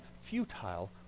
futile